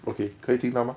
okay 可以听到吗